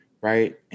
right